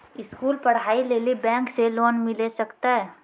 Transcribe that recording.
स्कूली पढ़ाई लेली बैंक से लोन मिले सकते?